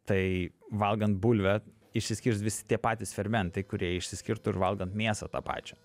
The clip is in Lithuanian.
tai valgant bulvę išsiskirs visi tie patys fermentai kurie išsiskirtų ir valgant mėsą tą pačią